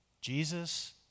Jesus